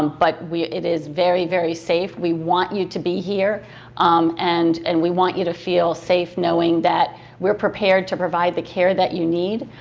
um but it is very very safe, we want you to be here um and and we want you to feel safe knowing that we're prepared to provide the care that you need.